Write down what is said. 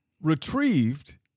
retrieved